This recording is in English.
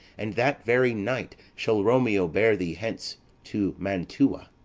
and that very night shall romeo bear thee hence to mantua.